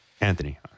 Anthony